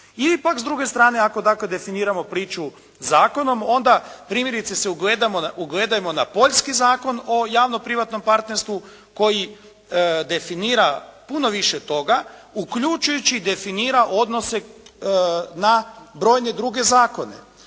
Ili pak s druge strane, ako dakle definiramo priču zakonom onda primjerice se ugledajmo na poljski Zakon o javno-privatnom partnerstvu koji definira puno više toga uključujući što definira odnose na brojne druge zakone.